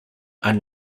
are